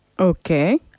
Okay